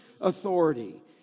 authority